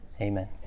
Amen